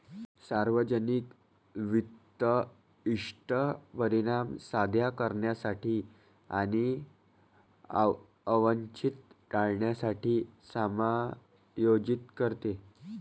सार्वजनिक वित्त इष्ट परिणाम साध्य करण्यासाठी आणि अवांछित टाळण्यासाठी समायोजित करते